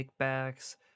kickbacks